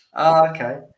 Okay